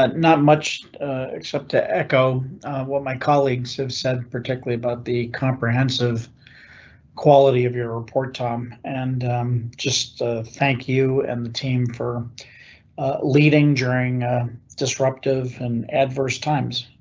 um not much except to echo what my colleagues said, particularly about the comprehensive quality of your report tom and just thank you and the team for leading during disruptive and adverse times.